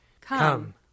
Come